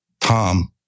Tom